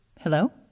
Hello